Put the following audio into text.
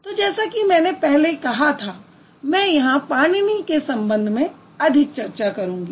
तो जैसा कि मैंने पहले कहा था मैं यहाँ पाणिनी के संबंध में अधिक चर्चा करूंगी